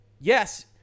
Yes